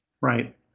Right